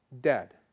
dead